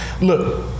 look